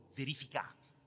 verificati